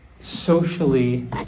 socially